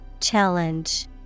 Challenge